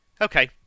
Okay